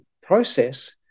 process